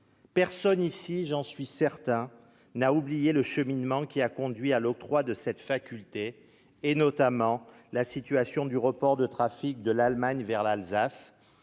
Personne ici- j'en suis certain -n'a oublié le cheminement qui a conduit à l'octroi de cette faculté, notamment la situation du report de trafic de l'Allemagne vers l'Alsace.